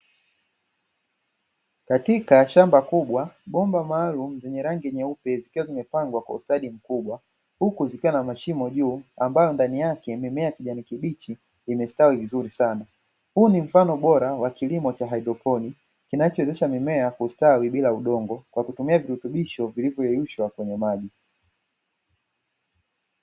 Katika shamba kubwa bomba maalumu zenye rangi nyeupe zilizopangwa kwa ustadi mkubwa huku zikiwa na mashimo juu, ambayo ndani yake mimea ya kijani kibichi imestawi vizuri sana, huu ni mfano wa bora wa kilimo cha haidroponi kinachowezesha mimea kustawi bila udongo kwa kutumia virutubisho vinavyoyeyushwa kwenye maji.